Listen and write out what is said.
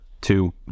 two